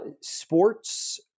sports